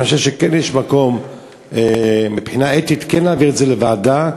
אני חושב שכן יש מקום מבחינה אתית להעביר את זה לוועדה,